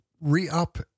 re-up